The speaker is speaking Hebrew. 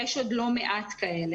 יש עוד לא מעט כאלה.